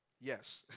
Yes